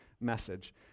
message